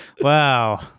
Wow